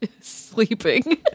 Sleeping